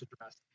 address